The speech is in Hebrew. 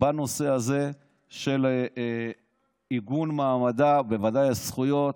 בנושא הזה של עיגון מעמדה, בוודאי הזכויות,